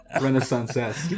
Renaissance